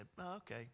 okay